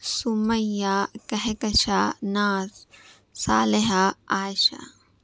Sumaiya Kahkashan Naz Saleha Aisha